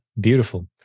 beautiful